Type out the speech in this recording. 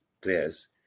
players